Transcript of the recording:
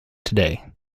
today